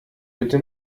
bitte